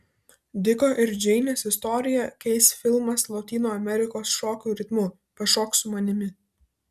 diko ir džeinės istoriją keis filmas lotynų amerikos šokių ritmu pašok su manimi